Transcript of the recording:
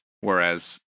whereas